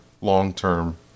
long-term